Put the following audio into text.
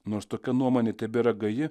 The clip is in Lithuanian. nors tokia nuomonė tebėra gaji